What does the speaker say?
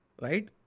right